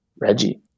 Reggie